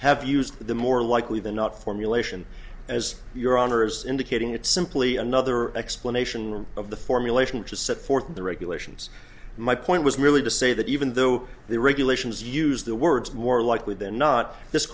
have used the more likely than not formulation as your honor is indicating it's simply another explanation of the formulation which is set forth in the regulations my point was merely to say that even though the regulations use the words more likely than not